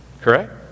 Correct